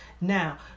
now